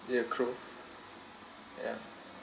is it a crow ya